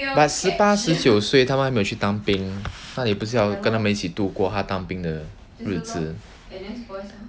but 十八十九岁他们还没有去当兵那你不是要跟他们一起度过他当兵的日子